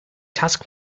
task